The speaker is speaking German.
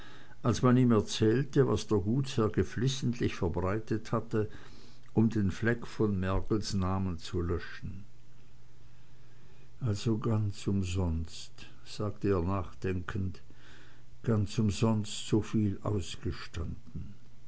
als man ihm erzählte was der gutsherr geflissentlich verbreitet hatte um den fleck von mergels namen zu löschen also ganz umsonst sagte er nachdenkend ganz umsonst so viel ausgestanden